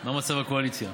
מה מצב הקואליציה?